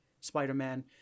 Spider-Man